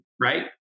right